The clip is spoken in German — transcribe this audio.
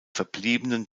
verbliebenen